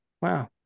Wow